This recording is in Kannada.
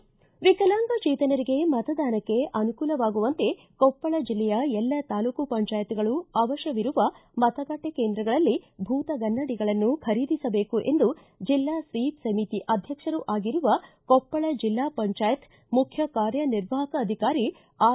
ವಿಕಲಾಂಗಚೇತನರಿಗೆ ಮತ ಅನುಕೂಲವಾಗುವಂತೆ ಕೊಪ್ಪಳ ಜಿಲ್ಲೆಯ ಎಲ್ಲಾ ತಾಲೂಕು ಪಂಚಾಯತ್ಗಳು ಅವಶ್ಯವಿರುವ ಮತಗಟ್ಟೆ ಕೇಂದ್ರಗಳಲ್ಲಿ ಭೂತಗನ್ನಡಿಗಳನ್ನು ಖರೀದಿಸಬೇಕು ಎಂದು ಜಿಲ್ಲಾ ಸ್ವೀಪ್ ಸಮಿತಿ ಅಧ್ಯಕ್ಷರೂ ಆಗಿರುವ ಕೊಪ್ಪಳ ಜಿಲ್ಲಾ ಪಂಚಾಯತ್ ಮುಖ್ಯ ಕಾರ್ಯನಿರ್ವಾಹಕ ಅಧಿಕಾರಿ ಆರ್